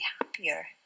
happier